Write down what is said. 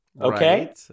okay